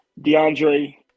DeAndre